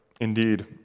indeed